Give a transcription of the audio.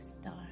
star